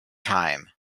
time